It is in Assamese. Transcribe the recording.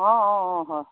অঁ অঁ অঁ হয়